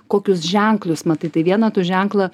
kokius ženklus matai tai vieną tu ženklą